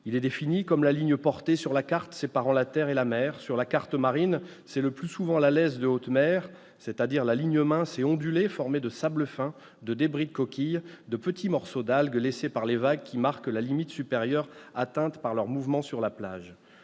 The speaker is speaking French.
Il est défini comme « la ligne portée sur la carte séparant la terre et la mer. Sur la carte marine, c'est le plus souvent la laisse de haute mer [c'est-à-dire] la ligne mince et ondulée formée de sable fin, de débris de coquilles, de petits morceaux d'algues, etc. laissée par les vagues, qui marque la limite supérieure atteinte par leur mouvement sur la plage.